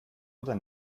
oder